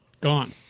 gone